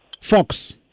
Fox